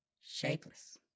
Shapeless